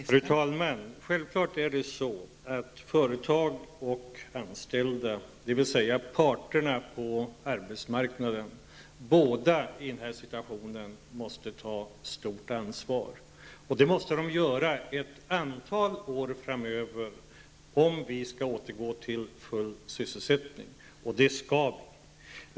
Fru talman! Självfallet måste både företag och anställda, dvs. parterna på arbetsmarknaden, i denna situation ta ett stort ansvar. Och detta måste de göra under ett antal år framöver om vi skall återgå till full sysselsättning, och det skall vi.